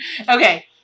Okay